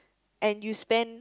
and you spend